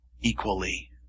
equally